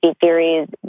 theories